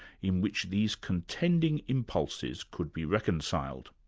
in which these contending impulses could be reconciled.